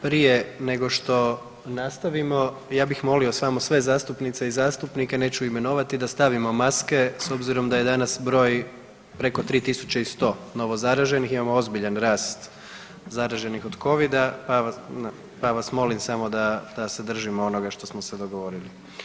Prije nego što nastavimo, ja bih molio samo sve zastupnice i zastupnike, neću imenovati, da stavimo maske s obzirom da je danas broj preko 3.100 novozaraženih, imamo ozbiljan rast zaraženih od covida, pa vas molim samo da, da se držimo onoga što smo se dogovorili.